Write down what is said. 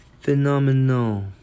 phenomenal